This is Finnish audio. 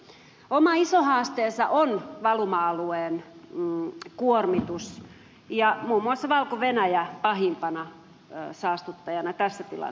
oma iso haasteensa on valuma alueen kuormitus ja muun muassa valko venäjä pahimpana saastuttajana tässä tilanteessa